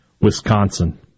Wisconsin